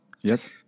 Yes